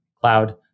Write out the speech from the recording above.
cloud